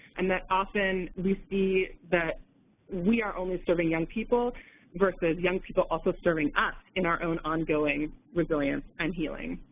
and that often we see that we are always serving young people versus young people also serving us in our own ongoing resilience and healing.